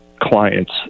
clients